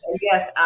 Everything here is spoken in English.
yes